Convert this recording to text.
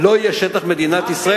אני מתכבד לפתוח את ישיבת הכנסת.